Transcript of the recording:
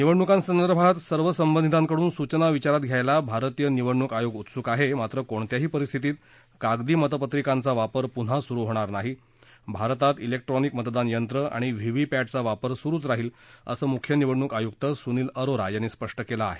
निवडणुकांसंदर्भात सर्व संबंधितांकडून सूचना विचारात घ्यायला भारतीय निवडणुक आयोग उत्सूक आहे मात्र कोणत्याही परिस्थितीत कागदी मतपत्रिकांचा वापर पुन्हा सुरू होणार नाही भारतात जिक्ट्रॉनिक मतदान यंत्र आणि व्हीव्हीपॅटचा वापर सुरूच राहिल असं मुख्य निवडणूक आयुक्त सुनिल अरोरा यांनी स्पष्ट केलं आहे